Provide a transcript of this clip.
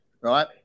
right